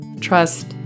trust